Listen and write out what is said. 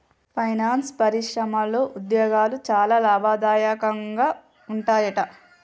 finance పరిశ్రమలో ఉద్యోగాలు చాలా లాభదాయకంగా ఉంటాయట